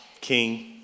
King